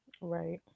Right